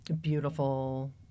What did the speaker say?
beautiful